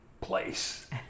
place